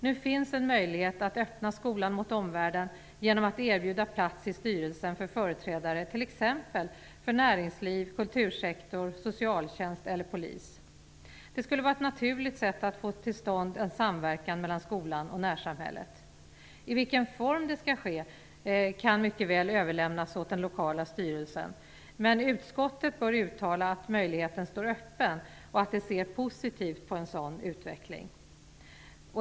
Nu finns en möjlighet att öppna skolan mot omvärlden genom att erbjuda plats i styrelsen för företrädare för t.ex. näringsliv, kultursektor, socialtjänst eller polis. Det skulle vara ett naturligt sätt att få till stånd en samverkan mellan skolan och närsamhället. I vilken form detta skall ske kan mycket väl överlämnas åt den lokala styrelsen, men utskottet bör uttala att möjligheten står öppen och att det ser positivt på en sådan utveckling.